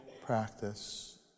practice